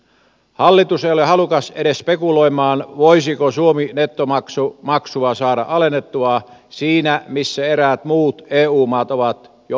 hallitus ei ole halukas edes spekuloimaan voisiko suomi saada alennettua nettomaksua siinä missä eräät muut eu maat ovat jo onnistuneetkin